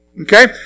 Okay